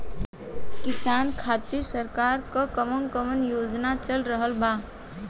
किसान खातिर सरकार क कवन कवन योजना चल रहल बा?